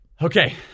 Okay